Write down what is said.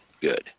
good